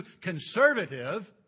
conservative